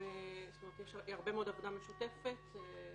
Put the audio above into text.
ועבודה משותפת.